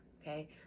Okay